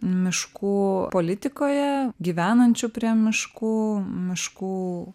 miškų politikoje gyvenančių prie miškų miškų